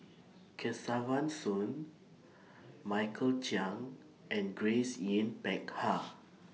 Kesavan Soon Michael Chiang and Grace Yin Peck Ha